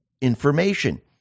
information